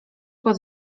pod